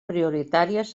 prioritàries